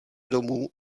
domů